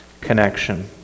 connection